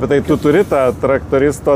bet tai tu turi tą traktoristo